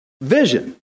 vision